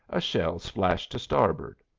a shell splashed to starboard.